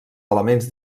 elements